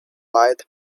light